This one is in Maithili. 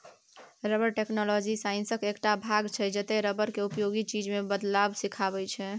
रबर टैक्नोलॉजी साइंसक एकटा भाग छै जतय रबर केँ उपयोगी चीज मे बदलब सीखाबै छै